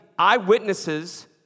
eyewitnesses